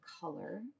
color